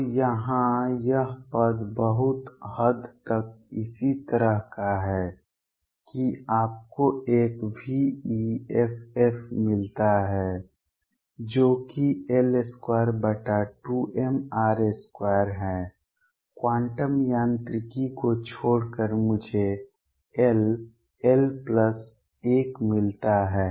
तो यहां यह पद बहुत हद तक इसी तरह का है कि आपको एक veff मिलता है जो कि l22mr2 है क्वांटम यांत्रिकी को छोड़कर मुझे ll1 मिलता है